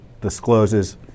discloses